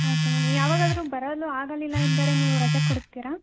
ಆಯಿತು ಮ್ಯಾಮ್ ಯಾವಾಗಾದ್ರೂ ಬರಲು ಆಗಲಿಲ್ಲ ಎಂದರೆ ನೀವು ರಜೆ ಕೊಡುತ್ತೀರಾ